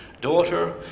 daughter